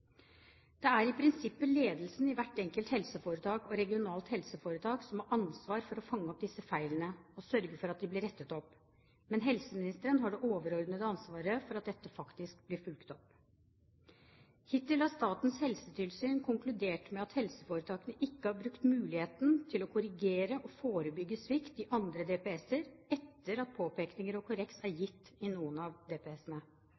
Det er i prinsippet ledelsen i hvert enkelt helseforetak og regionalt helseforetak som har ansvaret for å fange opp disse feilene og sørge for at de blir rettet opp. Men helseministeren har det overordnede ansvaret for at dette faktisk blir fulgt opp. Hittil har Statens helsetilsyn konkludert med at helseforetakene ikke har brukt muligheten til å korrigere og forebygge svikt i andre DPS-er etter at påpekninger og korreks er